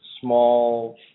small